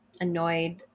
annoyed